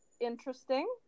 interesting